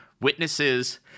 witnesses